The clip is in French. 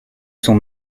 son